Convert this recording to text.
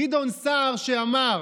גדעון סער, שאמר: